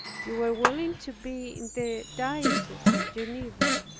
you were willing to be in the diocese of geneva,